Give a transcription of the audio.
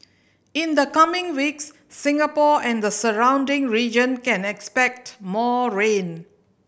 in the coming weeks Singapore and the surrounding region can expect more rain